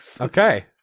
okay